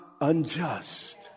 unjust